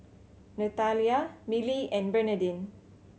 Nathalia Milly and Bernadine